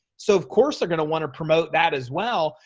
so, of course, they're going to want to promote that as well.